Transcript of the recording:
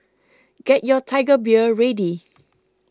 get your Tiger Beer ready